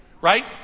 right